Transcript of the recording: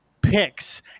picks